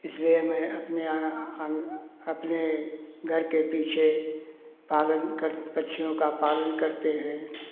इसलिए मैं अपने अपने घर के पीछे पालन कर पक्षियों का पालन करते हैं